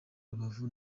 rubavu